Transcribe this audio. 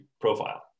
profile